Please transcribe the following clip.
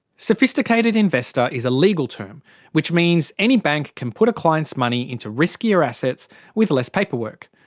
sophisticated investor is a legal term which means any bank can put a client's money into riskier assets with less paperwork.